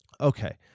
Okay